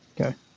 Okay